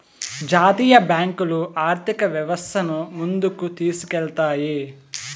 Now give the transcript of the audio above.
జాతీయ బ్యాంకులు ఆర్థిక వ్యవస్థను ముందుకు తీసుకెళ్తాయి